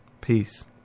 Peace